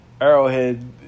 Arrowhead